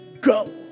Go